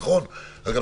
נכון?